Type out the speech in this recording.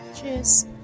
Cheers